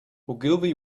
ogilvy